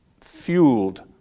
fueled